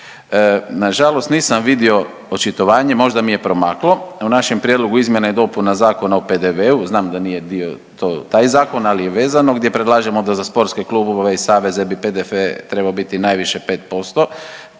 Nažalost nisam vidio očitovanje, možda mi je promaklo, a u našem prijedlogu izmjena i dopuna Zakona o PDV-u znam da nije dio to taj zakon, ali je vezano gdje predlažemo da za sportske klubove i saveze bi PDV bi trebao biti najviše 5%,